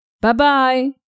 Bye-bye